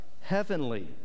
heavenly